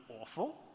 awful